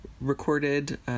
recorded